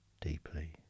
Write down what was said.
deeply